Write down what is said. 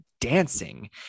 dancing